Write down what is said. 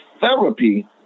therapy